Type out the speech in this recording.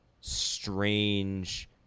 strange